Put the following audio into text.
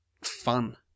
fun